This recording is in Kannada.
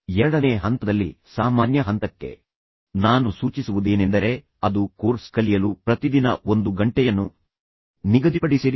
ಎರಡನೇ ಹಂತದಲ್ಲಿ ಸಾಮಾನ್ಯ ಹಂತಕ್ಕೆ ನಾನು ಸೂಚಿಸುವುದೇನೆಂದರೆ ಅದು ಕೋರ್ಸ್ ಕಲಿಯಲು ಪ್ರತಿದಿನ ಒಂದು ಗಂಟೆಯನ್ನು ನಿಗದಿಪಡಿಸಿರಿ